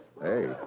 Hey